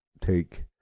take